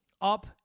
up